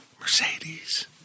Mercedes